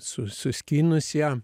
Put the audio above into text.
su suskynus ją